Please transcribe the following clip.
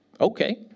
Okay